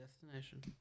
destination